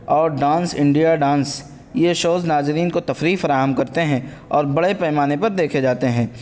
اور Dance India Dance یہ shows ناظرین کو تفریح فراہم کرتے ہیں اور بڑے پیمانے پر دیکھے جاتے ہیں